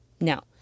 Now